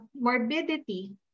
morbidity